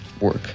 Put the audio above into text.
work